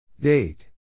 Date